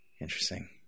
Interesting